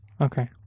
okay